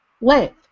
length